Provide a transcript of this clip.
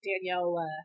Danielle